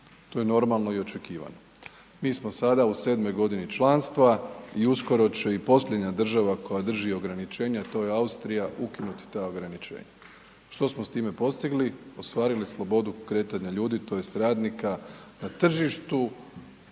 To je normalno i očekivano. Mi smo sada u 7. g. članstva i uskoro će i posljednja država koja drži ograničenje, a to je Austrija ukinuti ta ograničenja. Što smo s time postigli? Ostvarili slobodu kretanja ljudi tj. radnika na tržištu